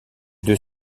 deux